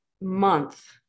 month